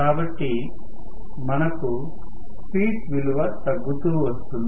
కాబట్టి మనకు స్పీడ్ విలువ తగ్గుతూ వస్తుంది